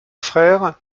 frère